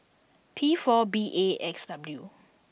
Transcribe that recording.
P four B A X W